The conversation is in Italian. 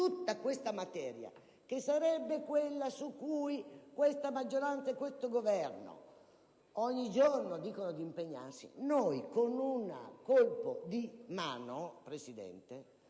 Tutta questa materia, che sarebbe quella su cui questa maggioranza e questo Governo ogni giorno dicono di impegnarsi, con un colpo di mano, signora